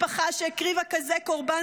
משפחה שהקריבה כזה קורבן,